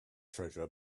treasure